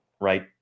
right